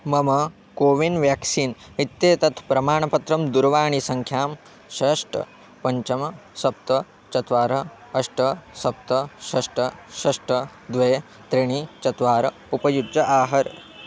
मम कोविन् व्याक्सीन् इत्येतत् प्रमाणपत्रं दूरवाणीसङ्ख्यां षट् पञ्च सप्त चत्वारि अष्ट सप्त षट् षट् द्वे त्रीणि चत्वारि उपयुज्य आहर